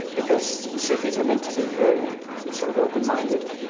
because sufis are meant to be very sort of open-minded,